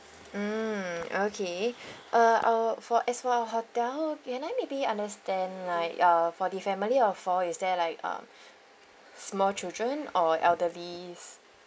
mm okay uh uh for as for our hotel can I maybe understand like uh for the family of four is there like um small children or elderly